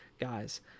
guys